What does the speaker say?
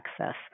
access